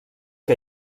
que